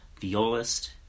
violist